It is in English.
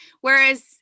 Whereas